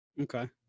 Okay